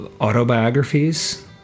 autobiographies